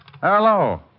Hello